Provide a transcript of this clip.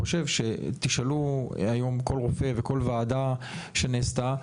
תשאלו היום כל רופא וכל ועדה שנעשתה,